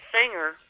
singer